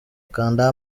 kanda